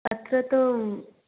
अत्र तु